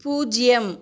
பூஜ்ஜியம்